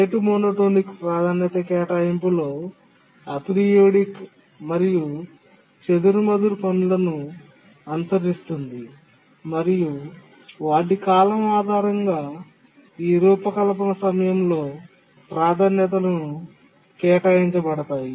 rate monotonic ప్రాధాన్యత కేటాయింపులో aperiodic మరియు చెదురుమదురు పనులను అనుసరిస్తుంది మరియు వాటి కాలం ఆధారంగా ఆ రూపకల్పన సమయంలో ప్రాధాన్యతలు కేటాయించబడతాయి